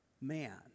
man